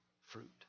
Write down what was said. fruit